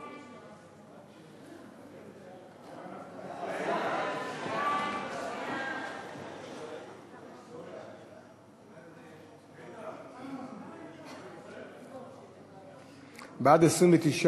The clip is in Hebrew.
37). סעיפים 1 3 נתקבלו.